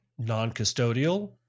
Non-custodial